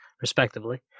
respectively